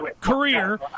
career